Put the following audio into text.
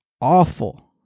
awful